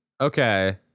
okay